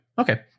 okay